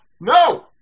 no